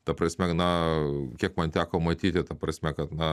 ta prasme na kiek man teko matyti ta prasme kad na